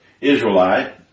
Israelite